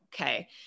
Okay